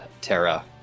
Terra